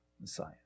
Messiah